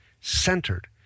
centered